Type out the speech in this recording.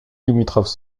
limitrophes